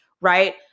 right